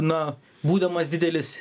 na būdamas didelis